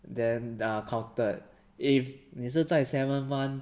then ah counted if 你是在 seven month